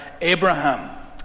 Abraham